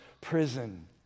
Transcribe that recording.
prison